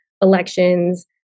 elections